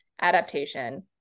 Adaptation